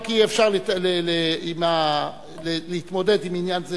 כי אפשר להתמודד עם עניין זה